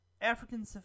African